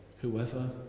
whoever